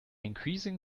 increasing